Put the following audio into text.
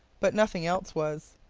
but nothing else was.